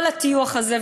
כל הטיוח הזה,